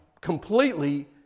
completely